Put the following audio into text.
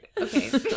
Okay